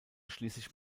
schließlich